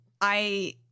I-